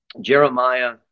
Jeremiah